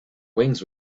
wings